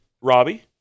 Robbie